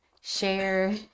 share